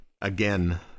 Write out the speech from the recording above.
Again